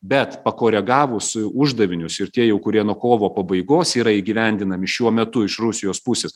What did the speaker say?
bet pakoregavus i uždavinius ir tie jau kurie nuo kovo pabaigos yra įgyvendinami šiuo metu iš rusijos pusės